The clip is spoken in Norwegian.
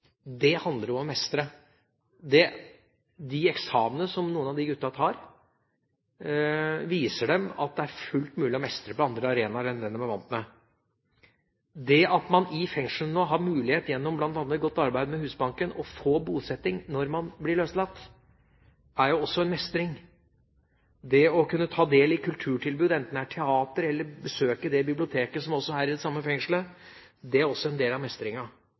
handler om å mestre. De eksamenene som noen av de guttene tar, viser dem at det er fullt mulig å mestre på andre arenaer enn på dem de er vant med. Det at man i fengslene nå har mulighet til, gjennom bl.a. et godt samarbeid med Husbanken, å få bosetting når man blir løslatt, er jo også mestring. Det å kunne ta del i kulturtilbud – enten det er teater, det er å besøke det biblioteket som er i det samme fengslet, eller, som man har det